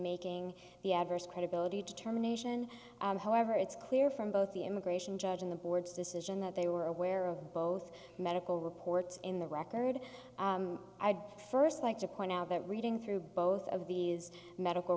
making the adverse credibility determination however it's clear from both the immigration judge and the board's decision that they were aware of both medical reports in the record i'd first like to point out that reading through both of these medical